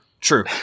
True